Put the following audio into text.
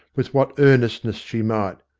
with what earnestness she might.